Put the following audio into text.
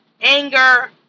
Anger